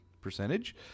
percentage